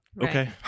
Okay